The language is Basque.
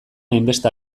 hainbeste